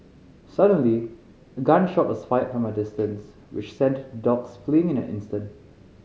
suddenly a gun shot was fired from a distance which sent the dogs fleeing in an instant